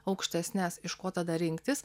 aukštesnes iš ko tada rinktis